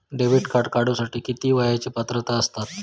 Debit card काढूसाठी किती वयाची पात्रता असतात?